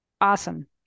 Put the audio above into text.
Awesome